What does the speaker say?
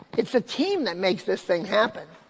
it's the team that makes this thing happen.